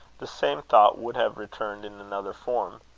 the same thought would have returned in another form.